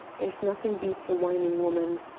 there's nothing beats a whining woman!